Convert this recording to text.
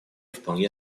вполне